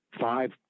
five